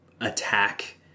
attack